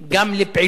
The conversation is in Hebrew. גם לפעילות,